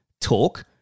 Talk